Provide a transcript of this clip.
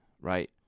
Right